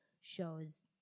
shows